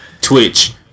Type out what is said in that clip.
twitch